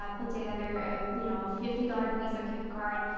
um put together a, you know, a fifty dollar visa gift card,